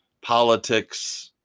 politics